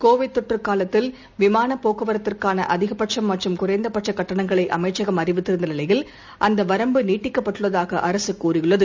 Covid தொற்றுகாலத்தில் போக்குவரத்துக்கானஅதிகபட்சம் மற்றும் குறைந்தபட்சகட்டணங்களைஅமைச்சகம் அறிவித்திருந்தநிலையில் அந்தவரம்பு நீட்டிக்கப்பட்டுள்ளதாகஅரசுகூறியுள்ளது